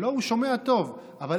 הוא שומע פינק פלויד.